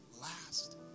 last